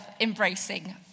embracing